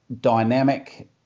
dynamic